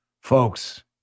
Folks